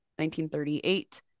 1938